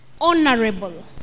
honorable